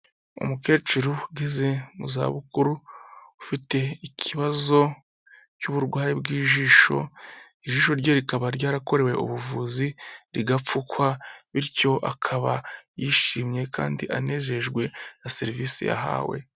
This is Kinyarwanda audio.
Umukecuru ugeze mu zabukuru, ufite ikibazo cy'uburwayi bw'ijisho, ijisho rye rikaba ryarakorewe ubuvuzi rigapfukwa, bityo akaba yishimye kandi anejejwe na serivisi yahawe.